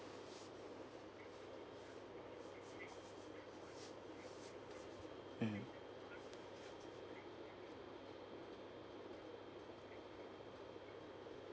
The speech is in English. mmhmm